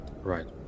Right